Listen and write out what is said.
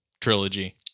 trilogy